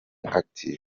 active